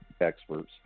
experts